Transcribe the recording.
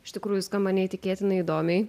iš tikrųjų skamba neįtikėtinai įdomiai